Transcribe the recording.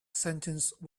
sentence